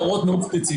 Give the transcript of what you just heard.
לקרן יש מטרות ספציפיות.